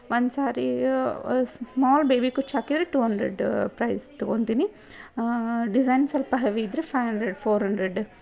ಒಂದು ಸಾರಿ small baby ಕುಚ್ಚು ಹಾಕಿದ್ರೆ ಟೂ ಹಂಡ್ರೆಡ್ಡು ಪ್ರೈಝ್ ತೊಗೊಳ್ತೀನಿ ಡಿಝೈನ್ ಸ್ವಲ್ಪ ಹೆವಿ ಇದ್ದರೆ ಫೈಯ್ ಹಂಡ್ರೆಡ್ ಫೋರ್ ಹಂಡ್ರೆಡ್